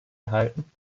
erhalten